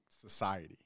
society